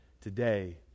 today